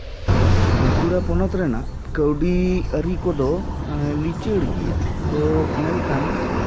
ᱵᱟᱹᱠᱩᱲᱟ ᱯᱚᱱᱚᱛ ᱨᱮᱱᱟᱜ ᱠᱟᱹᱣᱰᱤ ᱟᱹᱨᱤ ᱠᱚᱫᱚ ᱞᱤᱪᱟᱹᱲ ᱜᱮᱭᱟ ᱛᱚ ᱢᱮᱱᱠᱷᱟᱱ